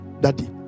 daddy